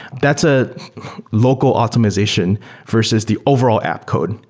that's a local optimization versus the overall app code,